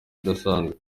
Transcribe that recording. idasanzwe